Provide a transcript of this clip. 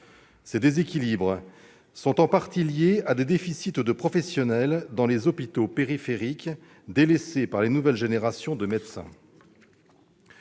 Ces déséquilibres sont en partie liés à des déficits de professionnels dans les hôpitaux périphériques délaissés par les nouvelles générations de médecins.